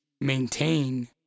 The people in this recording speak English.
maintain